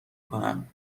کنم